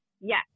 Yes